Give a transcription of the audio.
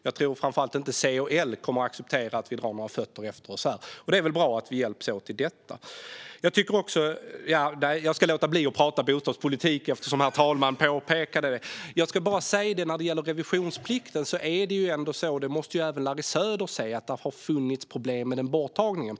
Jag tror inte att framför allt C och L kommer att acceptera att vi drar fötterna efter oss här, och det är väl bra att vi hjälps åt i detta. Jag ska låta bli att prata bostadspolitik efter herr talmannens påpekande. När det gäller borttagandet av revisionsplikten måste även Larry Söder se att det har funnits problem.